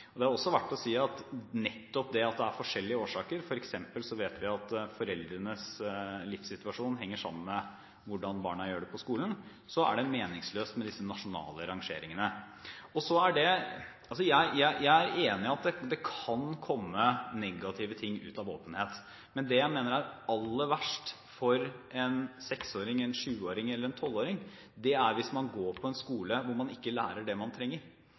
Det er også verdt å si at nettopp det at det er forskjellige årsaker – f.eks. vet vi at foreldrenes livssituasjon henger sammen med hvordan barna gjør det på skolen – gjør det meningsløst med disse nasjonale rangeringene. Jeg er enig i at det kan komme negative ting ut av åpenhet, men det jeg mener er aller verst for en seksåring, sjuåring eller tolvåring, er hvis man går på en skole hvor man ikke lærer det man trenger.